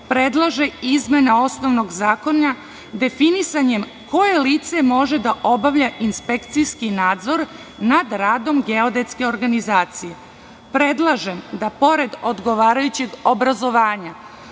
predlaže izmene osnovnog zakona definisanjem koje lice može da obavlja inspekcijski nadzor nad radom geodetske organizacije. Predlažem da pored odgovarajućeg obrazovanja,